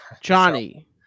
Johnny